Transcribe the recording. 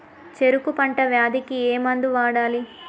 చెరుకు పంట వ్యాధి కి ఏ మందు వాడాలి?